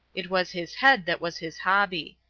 it was his head that was his hobby.